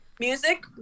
Music